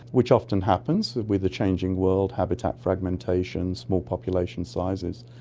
which often happens with a changing world, habitat fragmentation, small population sizes,